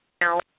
now